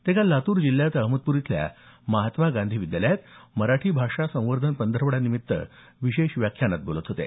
ते काल लातूर जिल्ह्यात अहमदपूर इथल्या महात्मा गांधी महाविद्यालयात मराठी भाषा संवर्धन पंधरवडा निमित्त विशेष व्याख्यान प्रसंगी बोलत होते